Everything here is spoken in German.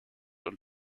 und